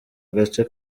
agace